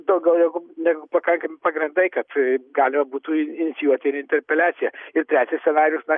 daugiau negu negu pakankami pagrindai kad galima būtų inicijuoti ir interpeliaciją ir trečias scenarijus na